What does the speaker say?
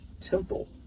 temple